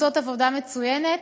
והן עושות עבודה מצוינת.